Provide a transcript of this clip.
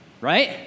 right